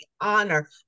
honor